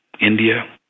India